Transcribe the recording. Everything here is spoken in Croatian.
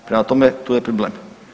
Prema tome, tu je problem.